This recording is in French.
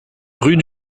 rue